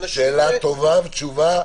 שאלה חשובה ותשובה.